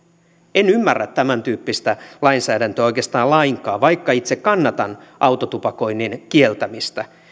en ymmärrä tämäntyyppistä lainsäädäntöä oikeastaan lainkaan vaikka itse kannatan autotupakoinnin kieltämistä